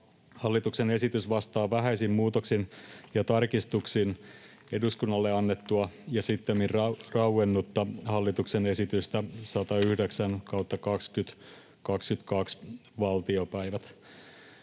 Hallituksen esitys vastaa vähäisin muutoksin ja tarkistuksin eduskunnalle annettua ja sittemmin rauennutta hallituksen esitystä 109/2022 vp.